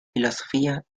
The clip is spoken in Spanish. filosofía